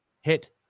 hit